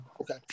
Okay